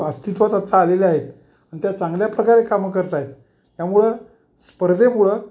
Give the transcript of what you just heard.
अस्तित्वात आता आलेल्या आहेत आणि त्या चांगल्या प्रकारे कामं करत आहेत त्यामुळं स्पर्धेमुळं